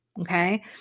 okay